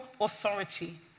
authority